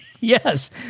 Yes